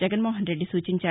జగన్మోహనరెడ్డి సూచించారు